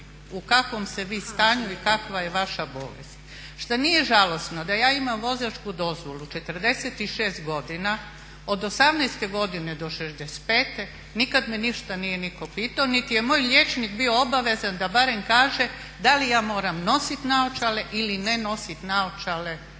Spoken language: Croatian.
u kakvom ste vi stanju i kakva je vaša bolest. Šta nije žalosno da ja imam vozačku dozvolu 46 godina od 18 godine do 65, nikada me ništa nije nitko pitao niti je moj liječnik bio obavezan da barem kaže da li ja moram nositi naočale ili ne nositi naočale